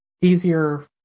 easier